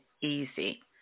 easy